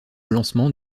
lancement